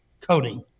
coding